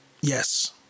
Yes